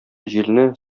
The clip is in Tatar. җилне